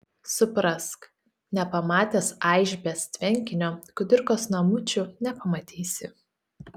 suprask nepamatęs aišbės tvenkinio kudirkos namučių nepamatysi